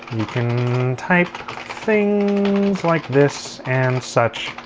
can type things like this and such.